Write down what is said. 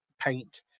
paint